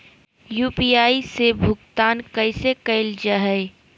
UPI से भुगतान कैसे कैल जहै?